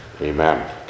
amen